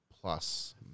Plus